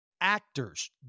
actors